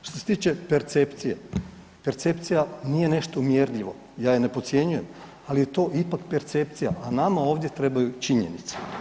Što se tiče percepcije, percepcija nije nešto mjerljivo, ja je ne podcjenjujem, ali je to ipak percepcija, a nama ovdje trebaju činjenice.